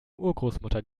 urgroßmutter